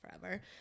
forever